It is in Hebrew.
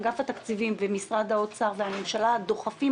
אגף התקציבים ומשרד האוצר והממשלה דוחפים